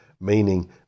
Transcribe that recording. meaning